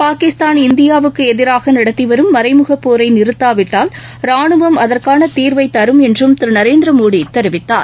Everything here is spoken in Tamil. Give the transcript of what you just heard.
பாகிஸ்தான் இந்தியாவுக்கு எதிராக நடத்திவரும் மறைமுக போரை நிறுத்தாவிட்டால் ரானுவம் அதற்கான தீர்வை தரும் என்றும் திரு நரேந்திர மோடி தெரிவித்தார்